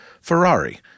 Ferrari